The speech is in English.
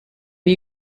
you